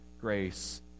grace